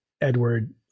Edward